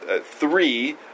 Three